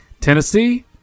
Tennessee